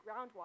groundwater